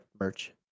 merch